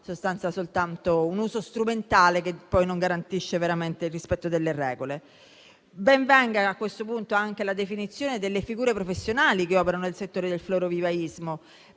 si faccia soltanto un uso strumentale, che non garantisce veramente il rispetto delle regole. Ben venga, a questo punto, la definizione delle figure professionali che operano nel settore del florovivaismo,